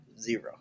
Zero